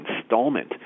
installment